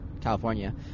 California